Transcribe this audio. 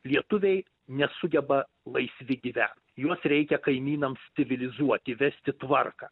lietuviai nesugeba laisvi gyvent juos reikia kaimynams civilizuot įvesti tvarką